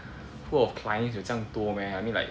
pool of clients 有这样多 meh I mean like